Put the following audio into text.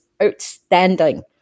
outstanding